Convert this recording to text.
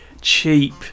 cheap